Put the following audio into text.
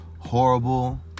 Horrible